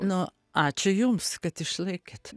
nu ačiū jums kad išlaikėt